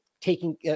taking